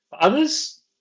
others